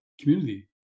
community